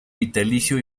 vitalicio